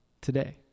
today